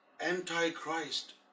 Antichrist